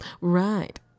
Right